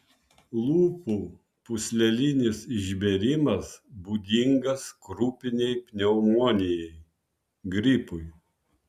lūpų pūslelinis išbėrimas būdingas krupinei pneumonijai gripui